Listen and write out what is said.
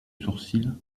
sourcil